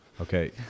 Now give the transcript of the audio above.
Okay